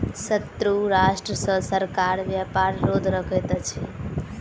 शत्रु राष्ट्र सॅ सरकार व्यापार रोध रखैत अछि